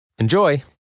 Enjoy